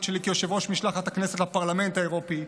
שלי כיושב-ראש משלחת הכנסת לפרלמנט האירופי,